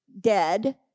dead